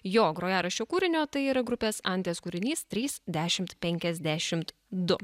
jo grojaraščiu kūrinio tai yra grupės anties kūrinys trys dešimt penkiasdešimt du